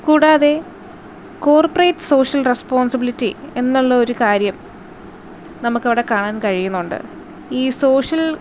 കൂടാതെ corporate social responsibility എന്നുള്ള ഒരു കാര്യം നമക്ക് അവിടെ കാണാൻ കഴിയുന്നുണ്ട് ഈ സോഷ്യൽ